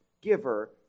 giver